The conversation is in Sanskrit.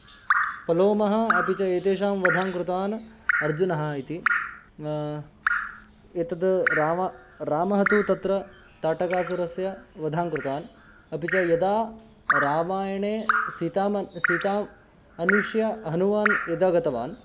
पलोमः अपि च एतेषां वधां कृतवान् अर्जुनः इति एतद् रामः रामः तु तत्र ताटकासुरस्य वधां कृतवान् अपि च यदा रामायणे सीताम् अन् सीताम् अन्विष्य हनूमान् यदा गतवान्